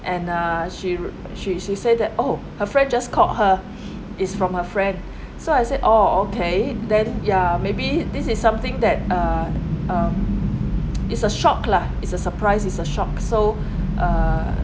and err she she she said that oh her friend just called her it's from her friend so I said oh okay then ya maybe this is something that uh uh it's a shock lah it's a surprise it's a shock so err